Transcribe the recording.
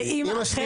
אימא,